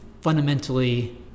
fundamentally